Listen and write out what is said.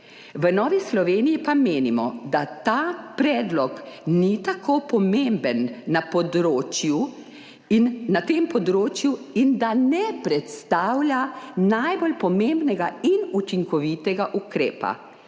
V Novi Sloveniji pa menimo, da ta predlog ni tako pomemben na tem področju in da ne predstavlja najbolj pomembnega in učinkovitega ukrepa.